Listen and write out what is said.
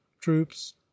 troops